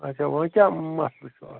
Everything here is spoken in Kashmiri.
اچھا وۄنۍ کیٛاہ مسلہٕ چھُ اَتھ